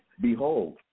Behold